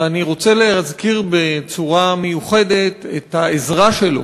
ואני רוצה להזכיר במיוחד את העזרה שלו